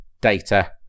data